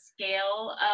scale